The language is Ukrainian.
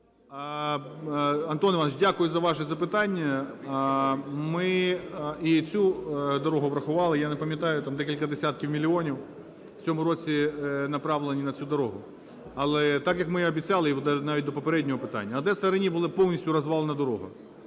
Антон Іванович, дякую за ваше запитання. Ми і цю дорогу врахували, я не пам'ятаю, там декілька десятків мільйонів в цьому році направлені на цю дорогу. Але так, як ми і обіцяли, навіть до попереднього питання, Одеса-Рені була повністю розвалена дорога,